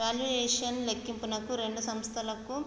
valuation లెక్కింపునకు రెండు సంస్థలకు